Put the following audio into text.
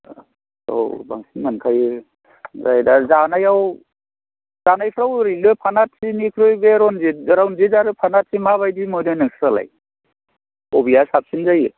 औ बांसिन मोनखायो ओमफ्राय दा जानायाव जानायफ्राव ओरैनो फानाथिनिख्रुइ बे रनजित रनजित आरो फानाथि माबायदि मोनो नोंस्रालाय बबेया साबसिन जायो